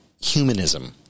humanism